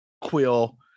Quill